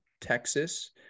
Texas